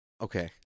Okay